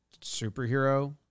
superhero